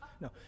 No